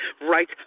right